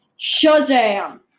Shazam